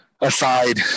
aside